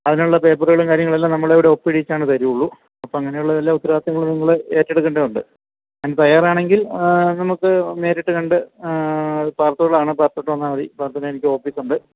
അതിനുള്ള പേപ്പറുകളും കാര്യങ്ങൾ എല്ലാം നമ്മൾ ഇവിടെ ഒപ്പിടീച്ചാണ് തരൂള്ളൂ അപ്പം അങ്ങനെയുള്ള എല്ലാ ഉത്തരവാദിത്തങ്ങളും നിങ്ങൾ ഏറ്റെടുക്കേണ്ടതുണ്ട് അതിന് തയ്യാറാണെങ്കിൽ നമുക്ക് നേരിട്ട് കണ്ട് പാർത്തോളാണ് പാറത്തോട്ട് വന്നാൽ മതി പാർത്തോളെനിക്ക് ഓഫീസൊണ്ട്